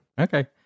Okay